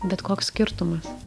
bet koks skirtumas